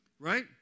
right